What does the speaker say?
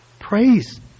praise